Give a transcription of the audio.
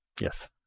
Yes